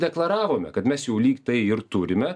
deklaravome kad mes jau lyg tai ir turime